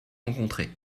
rencontrées